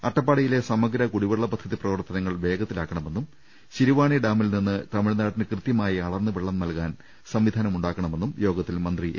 അട്ടപ്പാടിയിലെ സമഗ്ര കുടിവെള്ള പദ്ധതി പ്രവർത്തനങ്ങൾ വേഗത്തിലാക്കണമെന്നും ശിരുവാണി ഡാമിൽ നിന്നും തമിഴ്നാടിന് കൃത്യമായി അളന്ന് വെള്ളം നൽകാൻ സംവിധാനമു ണ്ടാക്കണമെന്നും യോഗത്തിൽ മന്ത്രി എ